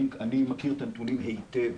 אני מכיר את הנתונים היטב,